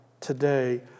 today